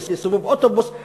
לסיבוב אוטובוס,